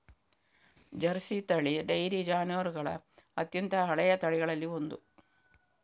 Jersey ತಳಿ dairy ಜಾನುವಾರುಗಳ ಅತ್ಯಂತ ಹಳೆಯ ತಳಿಗಳಲ್ಲಿ ಒಂದು